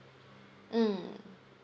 mm